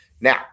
Now